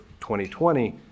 2020